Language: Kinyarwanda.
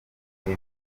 ivyo